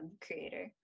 creator